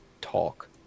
talk